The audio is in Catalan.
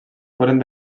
foren